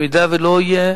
אם לא יהיה,